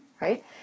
Right